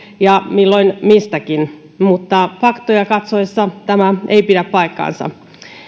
ja milloin mistäkin mutta faktoja katsoessa tämä ei pidä paikkaansa